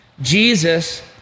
Jesus